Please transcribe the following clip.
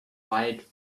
wild